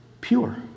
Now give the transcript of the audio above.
pure